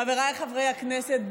חבריי חברי הכנסת,